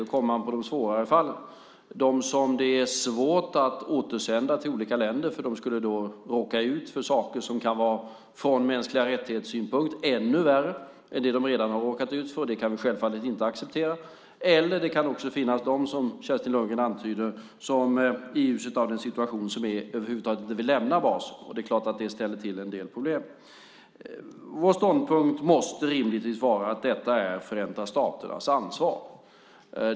Då kommer man till de svårare fallen som är svåra att återsända till olika länder därför att de kan råka ut för saker som är ännu värre från MR-synpunkt än det de redan har råkat ut för, och det kan vi självfallet inte acceptera. Det kan också finnas de, som Kerstin Lundgren antyder, som i ljuset av den situation som är över huvud taget inte vill lämna basen. Det är klart att det ställer till en del problem. Vår ståndpunkt måste rimligtvis vara att detta är Förenta staternas ansvar.